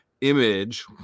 image